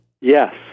Yes